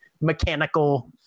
mechanical